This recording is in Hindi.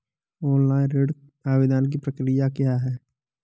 ऑनलाइन ऋण आवेदन की प्रक्रिया क्या है?